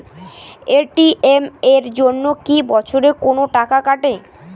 ATM এর জন্যে কি বছরে কোনো টাকা কাটে?